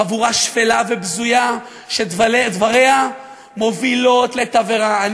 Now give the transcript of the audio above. חבורה שפלה ובזויה שדבריה מובילים לתבערה.